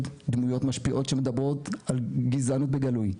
דמויות משפיעות שמדברות על גזענות בגלוי.